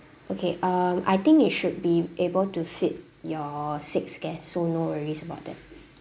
okay um I think it should be able to fit your six guest so no worries about that